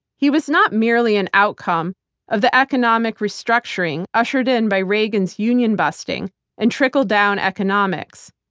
he was not merely an outcome of the economic restructuring ushered in by reagan's union busting and trickle-down economics,